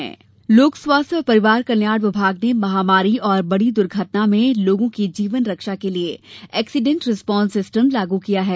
accident response system लोक स्वास्थ्य और परिवार कल्याण विभाग ने महामारी और बड़ी दुर्घटना में लोगों की जीवन रक्षा के लिये एक्सीडेंट रिस्पांस सिस्टम लागू किया है